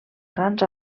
grans